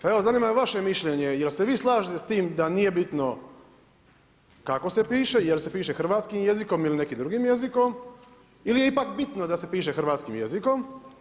Pa evo zanima me vaše mišljenje, jel' se vi slažete s tim da nije bitno kako se piše, jel' se pišem hrvatskim jezikom ili nekim drugim jezikom ili je ipak bitno da se piše hrvatskim jezikom?